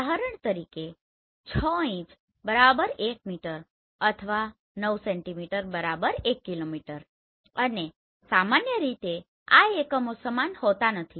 ઉદાહરણ તરીકે 6 inch 1 metre અથવા 9 સેન્ટિમીટર 1 કિલોમીટર અને સામાન્ય રીતે આ એકમો સમાન હોતા નથી